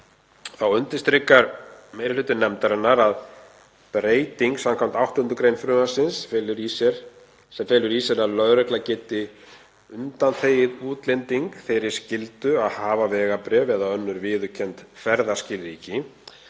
Þá undirstrikar meiri hluti nefndarinnar að breyting samkvæmt 8. gr. frumvarpsins — sem felur í sér að lögregla geti undanþegið útlending þeirri skyldu að hafa vegabréf eða önnur viðurkennd ferðaskilríki